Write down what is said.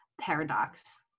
paradox